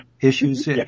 issues